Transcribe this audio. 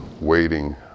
waiting